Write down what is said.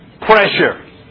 pressure